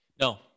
No